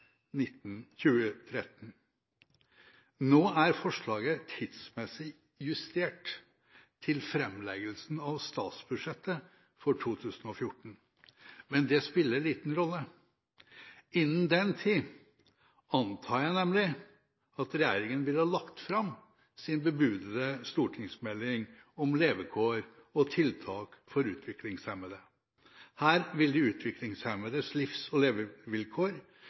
2013. Nå er forslaget tidsmessig justert til framleggelsen av statsbudsjettet for 2014. Men det spiller liten rolle. Innen den tid antar jeg nemlig at regjeringen vil ha lagt fram sin bebudede stortingsmelding om levekår og tiltak for utviklingshemmede. Her vil de utviklingshemmedes livs- og levevilkår